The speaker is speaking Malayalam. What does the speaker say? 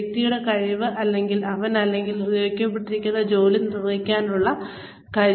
ഒരു വ്യക്തിയുടെ കഴിവ് അവൻ അല്ലെങ്കിൽ അവൾ നിയോഗിക്കപ്പെട്ടിരിക്കുന്ന ജോലി നിർവഹിക്കാനുള്ള കഴിവ് ആണ്